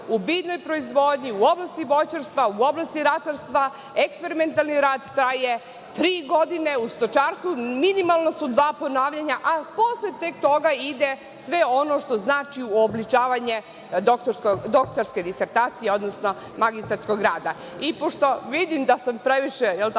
U biljnoj proizvodnji, u oblasti voćarstva, u oblasti ratarstva eksperimentalni rad traje tri godine, u stočarstvu minimalna su dva ponavljanja, a posle toga ide sve ono što znači uobličavanje doktorske disertacije, odnosno magistarskog rada. Pošto vidim da sam previše odužila,